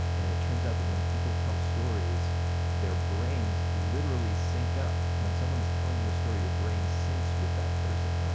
and it turns out that when people tell stories their brains literally sync up. when someone is telling you a story your brain syncs with that person.